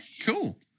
cool